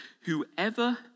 whoever